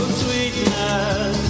sweetness